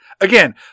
again